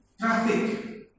traffic